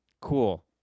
Cool